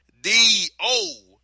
d-o